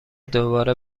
دوباره